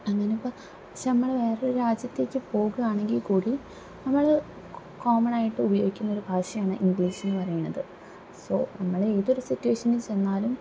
അങ്ങനെയിപ്പം പക്ഷെ നമ്മള് വേറൊരു രാജ്യത്തേക്ക് പോകുകായാണെങ്കില് കൂടി നമ്മള് കോമണ് ആയിട്ട് ഉപയോഗിക്കുന്നൊരു ഭാഷയാണ് ഇംഗ്ലീഷ് എന്ന് പറയുന്നത് സൊ നമ്മളേതൊരു സിറ്റുവേഷനില് ചെന്നാലും